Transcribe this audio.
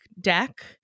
deck